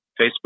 Facebook